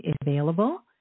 available